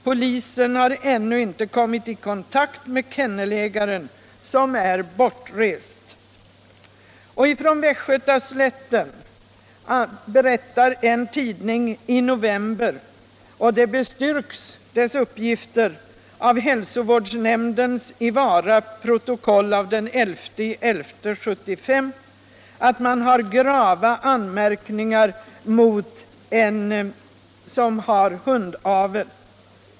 Polisen har ännu inte kommit i kontakt med kennelägaren som är bortrest.” Från Västgötaslätten berättar en tidning i november — och dess uppgifter bestyrks av hälsovårdsnämndens i Vara protokoll den 11 november 1975 — att man har grava anmärkningar mot en lantbrukare som har hundavel.